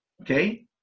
okay